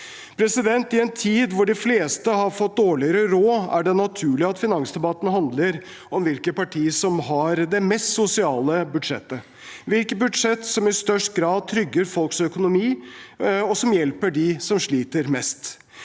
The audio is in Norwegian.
kommer. I en tid hvor de fleste har fått dårligere råd, er det naturlig at finansdebatten handler om hvilket parti som har det mest sosiale budsjettet, hvilket budsjett som i størst grad trygger folks økonomi og hjelper dem som sliter mest.